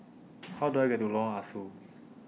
How Do I get to Lorong Ah Soo